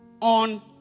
on